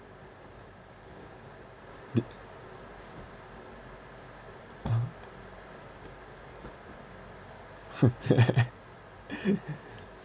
did (uh huh)